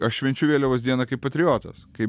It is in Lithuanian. aš švenčiu vėliavos dieną kaip patriotas kaip